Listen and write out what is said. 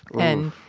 and,